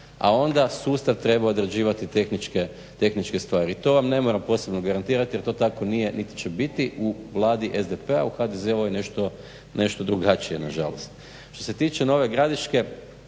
A onda sustav treba odrađivati tehničke stvari i to vam ne moram posebno garantirati jer to tako nije niti će biti u Vladi SDP-a, u HDZ-ovoj je nešto drugačije, nažalost. Što se tiče Nove gradiške,